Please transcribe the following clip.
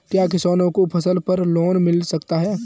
क्या किसानों को फसल पर लोन मिल सकता है?